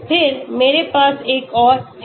फिर मेरे पास एक और है